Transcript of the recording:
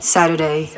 Saturday